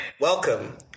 Welcome